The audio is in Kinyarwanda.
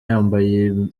yambaye